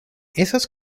esas